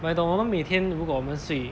but 你懂我们每天如果我们睡